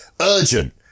Urgent